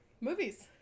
Movies